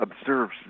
observes